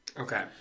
Okay